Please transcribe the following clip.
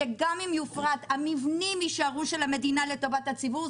שגם אם הדואר יופרט המבנים יישארו של המדינה לטובת הציבור,